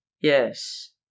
Yes